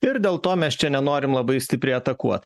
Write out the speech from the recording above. ir dėl to mes čia nenorim labai stipriai atakuot